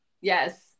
Yes